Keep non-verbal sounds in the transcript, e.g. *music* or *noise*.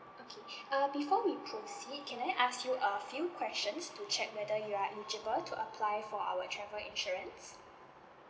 okay *breath* uh before we proceed can I ask you a few questions to check whether you are eligible to apply for our travel insurance